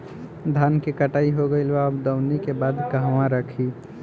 धान के कटाई हो गइल बा अब दवनि के बाद कहवा रखी?